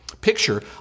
Picture